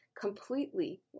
completely